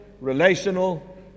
relational